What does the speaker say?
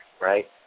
right